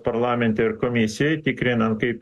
parlamente ir komisijoj tikrinant kaip